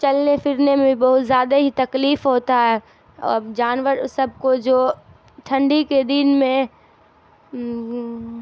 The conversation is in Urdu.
چلنے پھرنے میں بہت زیادہ ہی تکلیف ہوتا ہے اور جانور سب کو جو ٹھنڈی کے دن میں